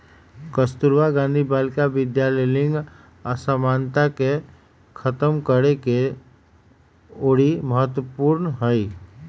कस्तूरबा गांधी बालिका विद्यालय लिंग असमानता के खतम करेके ओरी महत्वपूर्ण हई